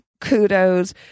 kudos